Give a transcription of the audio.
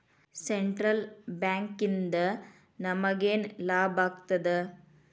Central ಬ್ಯಾಂಕಿಂದ ನಮಗೇನ್ ಲಾಭಾಗ್ತದ?